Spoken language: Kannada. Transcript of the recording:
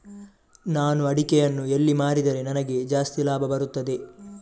ನಾನು ಅಡಿಕೆಯನ್ನು ಎಲ್ಲಿ ಮಾರಿದರೆ ನನಗೆ ಜಾಸ್ತಿ ಲಾಭ ಬರುತ್ತದೆ?